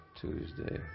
Tuesday